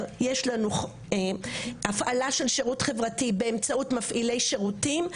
יש לנו הפעלה של שירות חברתי באמצעות מפעילי שירותים,